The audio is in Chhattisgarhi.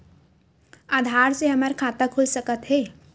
आधार से हमर खाता खुल सकत हे?